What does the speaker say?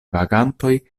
vagantoj